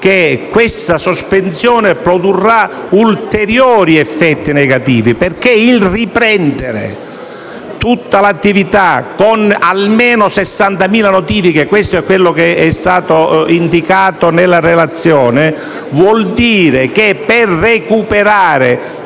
che questa sospensione produrrà ulteriori effetti negativi. Infatti per riprendere tutta l'attività con almeno 60.000 notifiche - questo è quello che è stato indicato nella relazione - e recuperare